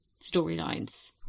storylines